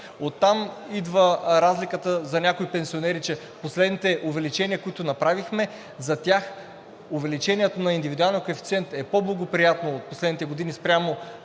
Оттам идва разликата за някои пенсионери, че при последните увеличения, които направихме, за тях увеличението на индивидуалния коефициент е по-благоприятно от последните години спрямо